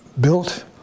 built